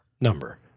number